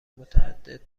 متعدد